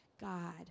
God